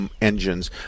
engines